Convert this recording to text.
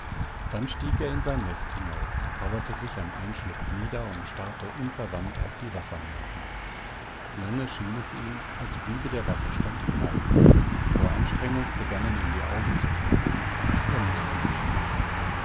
dann stieg er in sein nest hinauf kauerte sich am einschlupf nieder und starrte unverwandt auf die wassermarken lange schien es ihm als bliebe der wasserstand gleich vor anstrengung begannen ihm die augen zu schmerzen er mußte sie schließen